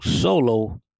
solo